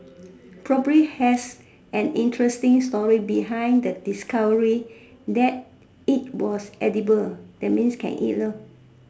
probably has an interesting story behind the discovery that is was edible that means can eat lor